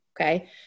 okay